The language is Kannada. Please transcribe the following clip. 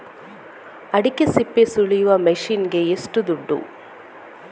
ಅಡಿಕೆ ಸಿಪ್ಪೆ ಸುಲಿಯುವ ಮಷೀನ್ ಗೆ ಏಷ್ಟು ದುಡ್ಡು?